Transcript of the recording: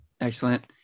Excellent